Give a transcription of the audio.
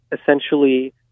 essentially